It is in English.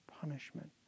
punishment